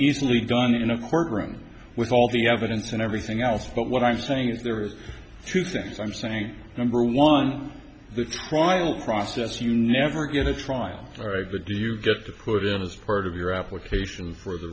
easily done in a courtroom with all the evidence and everything else but what i'm saying is there are two things i'm saying number one the trial process you never get a trial or if you do you get to put in as part of your application for the